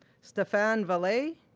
stephane vallee,